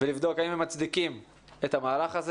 ונבדוק האם הם מצדיקים את המהלך הזה